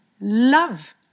love